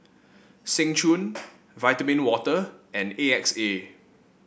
Seng Choon Vitamin Water and A X A